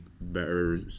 better